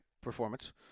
performance